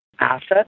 asset